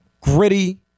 gritty